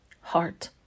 heart